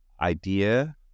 idea